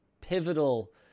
pivotal